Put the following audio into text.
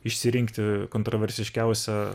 išsirinkti kontroversiškiausią